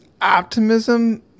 optimism